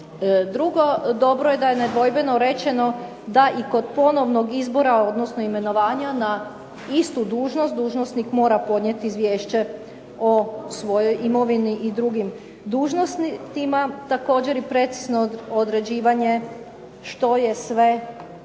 Drugo, dobro je da je nedvojbeno rečeno da i kod ponovnog izbora, odnosno imenovanja na istu dužnost dužnosnik mora podnijeti izvješće o svojoj imovini i drugim dužnostima, također i precizno određivanje što je sve naknada.